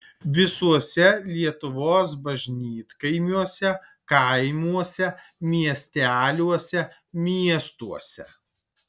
visuose lietuvos bažnytkaimiuose kaimuose miesteliuose miestuose